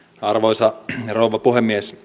arvoisa rouva puhemies